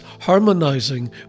harmonizing